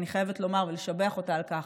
אני חייבת לומר ולשבח אותה על כך,